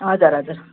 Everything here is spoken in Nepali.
हजुर हजुर